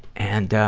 and,